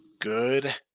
good